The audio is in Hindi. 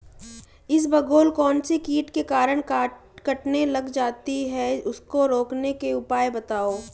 इसबगोल कौनसे कीट के कारण कटने लग जाती है उसको रोकने के उपाय बताओ?